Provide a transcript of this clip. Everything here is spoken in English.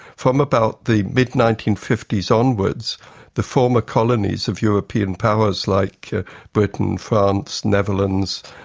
from about the mid nineteen fifty s onwards the former colonies of european powers like britain, france, netherlands,